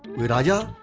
raja